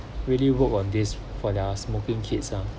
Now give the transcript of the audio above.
really worked on this for their smoking kids ah